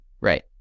Right